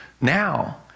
now